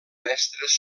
mestres